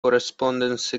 correspondence